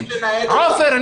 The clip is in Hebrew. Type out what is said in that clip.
עופר,